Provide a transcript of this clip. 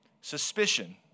suspicion